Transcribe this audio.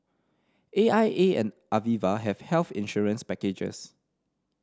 A I A and Aviva have health insurance packages